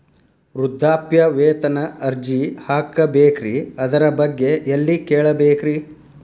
ವೃದ್ಧಾಪ್ಯವೇತನ ಅರ್ಜಿ ಹಾಕಬೇಕ್ರಿ ಅದರ ಬಗ್ಗೆ ಎಲ್ಲಿ ಕೇಳಬೇಕ್ರಿ?